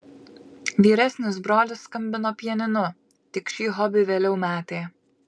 vyresnis brolis skambino pianinu tik šį hobį vėliau metė